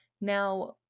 Now